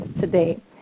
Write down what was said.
today